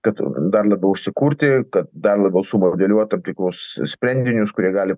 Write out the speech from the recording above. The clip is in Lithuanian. kad dar labiau užsikurti kad dar labiau sumodeliuot tam tikrus sprendinius kurie gali